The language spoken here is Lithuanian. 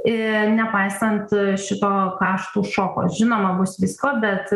i nepaisant šito kaštų šoko žinoma bus visko bet